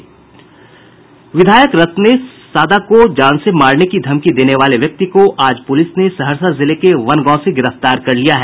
विधायक रत्नेश सादा को जान से मारने की धमकी देने वाले व्यक्ति को आज पूलिस ने सहरसा जिले के वन गांव से गिरफ्तार कर लिया है